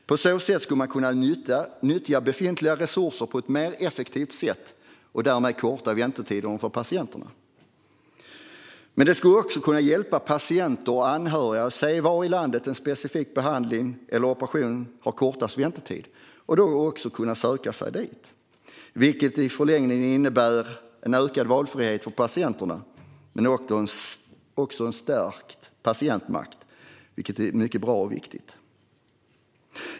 På så sätt skulle man kunna nyttja befintliga resurser på ett mer effektivt sätt och därmed korta väntetiderna för patienterna. Men det skulle också hjälpa patienter och anhöriga att se var i landet en specifik behandling eller operation har kortast väntetid för att då kunna söka sig dit, vilket i förlängningen innebär en ökad valfrihet för patienterna men också en stärkt patientmakt, vilket är mycket bra och viktigt.